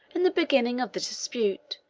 in the beginning of the dispute,